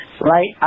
right